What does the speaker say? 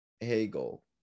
Hegel